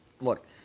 look